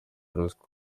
ruswa